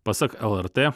pasak lrt